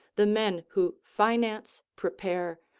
the men who finance, prepare,